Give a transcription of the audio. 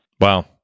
Wow